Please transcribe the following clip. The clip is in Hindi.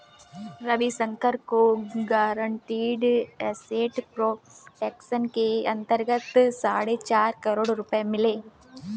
रविशंकर को गारंटीड एसेट प्रोटेक्शन के अंतर्गत साढ़े चार करोड़ रुपये मिले